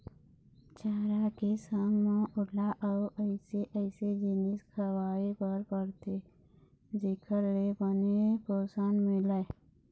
चारा के संग म ओला अउ अइसे अइसे जिनिस खवाए बर परथे जेखर ले बने पोषन मिलय